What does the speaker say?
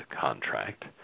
contract